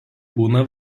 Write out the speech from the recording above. būna